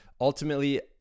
ultimately